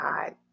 God